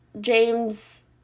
James